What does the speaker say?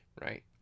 Right